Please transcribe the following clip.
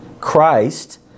Christ